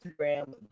instagram